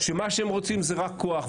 שמה שהם רוצים זה רק כוח,